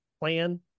plan